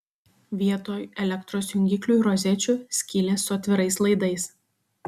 vietoj elektros jungiklių ir rozečių skylės su atvirais laidais